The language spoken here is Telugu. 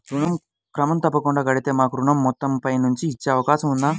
ఋణం క్రమం తప్పకుండా కడితే మాకు ఋణం మొత్తంను పెంచి ఇచ్చే అవకాశం ఉందా?